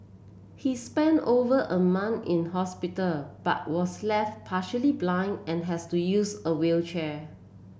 he spent over a month in hospital but was left partially blind and has to use a wheelchair